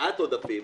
מניעת עודפים,